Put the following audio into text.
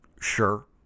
sure